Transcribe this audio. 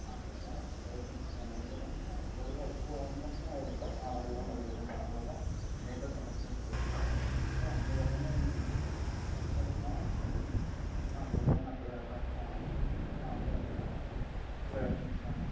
ఆపేలా ప్రయత్నిస్తాను ఎందుకంటే ఆ గొడవ ఎక్కువ అయిందంటే అది ఇంకా చాలా దూరం వెళ్తుంది దాని వాల్ల అనేక సమస్యలు వస్తాయి సో అందువలన నేను ఎక్కువ ఆ గొడవని అక్కడికి అక్కడికే ఆపేలా ప్రయత్నిస్తాను